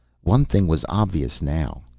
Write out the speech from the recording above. one thing was obvious now.